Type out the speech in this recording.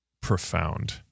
profound